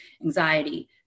anxiety